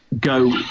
go